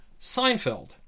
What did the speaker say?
Seinfeld